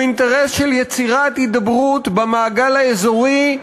הוא אינטרס של יצירת הידברות במעגל האזורי,